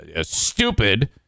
stupid